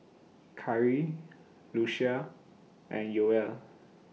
Khiry Lucia and Yoel